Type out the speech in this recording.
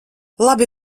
labi